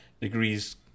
degrees